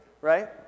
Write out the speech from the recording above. right